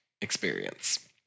experience